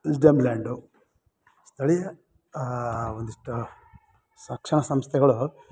Wisdomland ಸ್ಥಳೀಯ ಒಂದಿಷ್ಟು ಶಿಕ್ಷಣ ಸಂಸ್ಥೆಗಳು